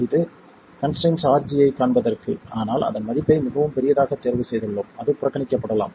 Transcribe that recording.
இது constrain RG ஐக் காண்பதற்கு ஆனால் அதன் மதிப்பை மிகவும் பெரியதாக தேர்வு செய்துள்ளோம் அது புறக்கணிக்கப்படலாம்